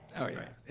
oh yeah.